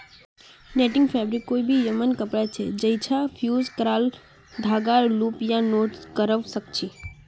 netting fabric कोई भी यममन कपड़ा छ जैइछा फ़्यूज़ क्राल धागाक लूप या नॉट करव सक छी